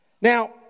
Now